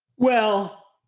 well,